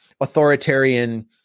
authoritarian